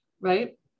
right